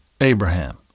Abraham